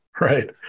right